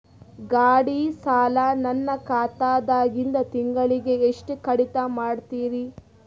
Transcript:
ಗಾಢಿ ಸಾಲ ನನ್ನ ಖಾತಾದಾಗಿಂದ ತಿಂಗಳಿಗೆ ಎಷ್ಟು ಕಡಿತ ಮಾಡ್ತಿರಿ?